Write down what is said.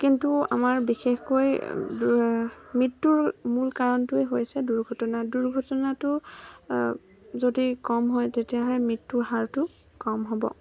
কিন্তু আমাৰ বিশেষকৈ মৃত্যুৰ মূল কাৰণটোৱেই হৈছে দুৰ্ঘটনা দুৰ্ঘটনাটো যদি কম হয় তেতিয়াহে মৃত্যুৰ হাৰটো কম হ'ব